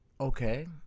Okay